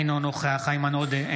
אינו נוכח איימן עודה,